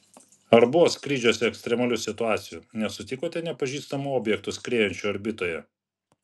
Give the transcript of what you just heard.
ar buvo skrydžiuose ekstremalių situacijų nesutikote nepažįstamų objektų skriejančių orbitoje